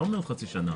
לא מעוד חצי שנה.